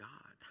God